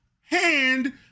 hand